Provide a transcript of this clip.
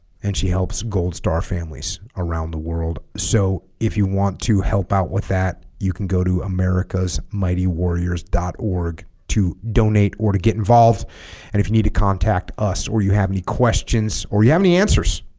and she helps gold star families around the world so if you want to help out with that you can go to america's mightywarriors dot org to donate or to get involved and if you need to contact us or you have any questions or you have any answers